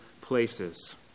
places